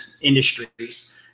industries